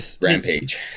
rampage